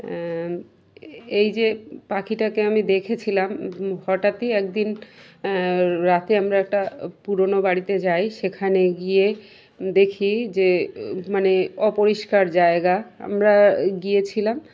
এই যে পাখিটাকে আমি দেখেছিলাম হঠাৎই একদিন রাতে আমরা একটা পুরোনো বাড়িতে যাই সেখানে গিয়ে দেখি যে মানে অপরিষ্কার জায়গা আমরা গিয়েছিলাম